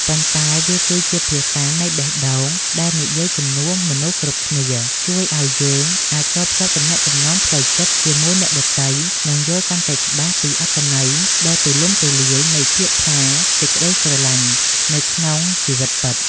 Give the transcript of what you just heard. ប៉ុន្តែវាគឺជាភាសានៃបេះដូងដែលនិយាយជំនួសមនុស្សគ្រប់គ្នា ជួយឱ្យយើងអាចតភ្ជាប់ទំនាក់ទំនងផ្លូវចិត្តជាមួយអ្នកដទៃ និងយល់កាន់តែច្បាស់ពីអត្ថន័យដ៏ទូលំទូលាយនៃពាក្យថា សេចក្ដីស្រឡាញ់ នៅក្នុងជីវិតពិត។